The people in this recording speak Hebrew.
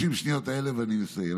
30 השניות האלה ואני מסיים,